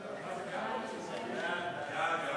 סעיפים 1